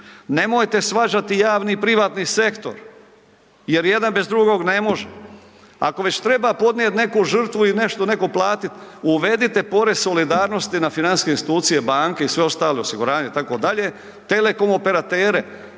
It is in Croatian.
Nemojte svađati javni i privatni sektor jer jedan bez drugog ne može. Ako već treba podnijeti neku žrtvu ili neko platit, uvedite porez solidarnosti na financijske institucije, banke i sve ostale, osiguranje itd., telekom operatere